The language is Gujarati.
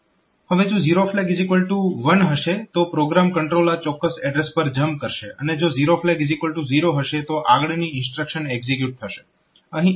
હવે જો ઝીરો ફ્લેગ 1 હશે તો પ્રોગ્રામ કંટ્રોલ આ ચોક્કસ એડ્રેસ પર જમ્પ કરશે અને જો ઝીરો ફ્લેગ 0 હશે તો આગળની ઇન્સ્ટ્રક્શન એક્ઝિક્યુટ થશે